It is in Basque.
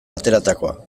ateratakoa